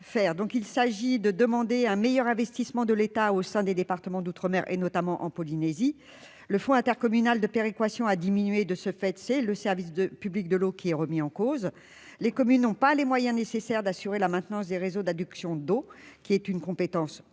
Il s'agit de demander un meilleur investissement de l'État au sein des départements d'outre-mer, notamment en Polynésie française. Le fonds intercommunal de péréquation (FIP) ayant diminué, le service de public de l'eau est remis en cause. Les communes n'ont pas les moyens nécessaires pour assurer la maintenance des réseaux d'adduction d'eau, qui est une compétence communale.